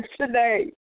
today